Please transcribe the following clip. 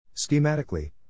Schematically